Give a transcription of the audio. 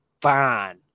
fine